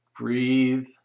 Breathe